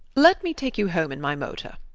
let me take you home in my motor.